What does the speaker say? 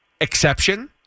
exception